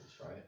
right